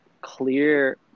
clear